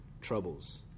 troubles